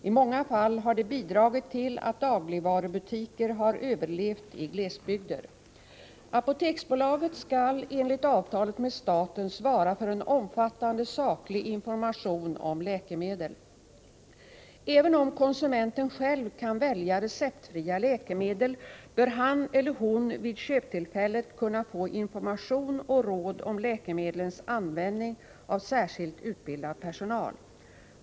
I många fall har det bidragit till att dagligvarubutiker har överlevt i glesbygder. Apoteksbolaget skall enligt avtalet med staten svara för en omfattande saklig information om läkemedel. Även om konsumenten själv kan välja receptfria läkemedel, bör han eller hon vid köptillfället kunna få information och råd om läkemedlens användning av särskilt utbildad personal.